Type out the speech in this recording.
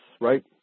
right